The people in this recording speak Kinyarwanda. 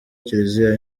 kiriziya